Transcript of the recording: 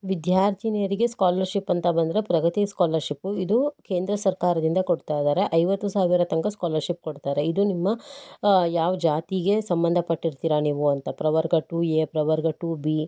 ವಿದ್ಯಾರ್ಥಿನಿಯರಿಗೆ ಸ್ಕಾಲರ್ಶಿಪ್ ಅಂತ ಬಂದರೆ ಪ್ರಗತಿ ಸ್ಕಾಲರ್ಶಿಪ್ಪು ಇದು ಕೇಂದ್ರ ಸರ್ಕಾರದಿಂದ ಕೊಡ್ತಾ ಇದ್ದಾರೆ ಐವತ್ತು ಸಾವಿರ ತನಕ ಸ್ಕಾಲರ್ಶಿಪ್ ಕೊಡ್ತಾರೆ ಇದು ನಿಮ್ಮ ಯಾವ ಜಾತಿಗೆ ಸಂಬಂಧಪಟ್ಟಿರ್ತೀರಾ ನೀವು ಅಂತ ಪ್ರವರ್ಗ ಟು ಎ ಪ್ರವರ್ಗ ಟು ಬಿ